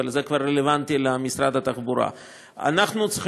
אבל זה כבר רלוונטי למשרד התחבורה.